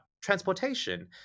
transportation